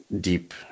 deep